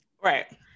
Right